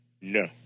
No